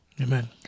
Amen